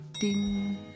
ding